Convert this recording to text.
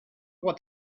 what